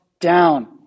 down